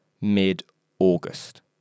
mid-August